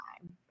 time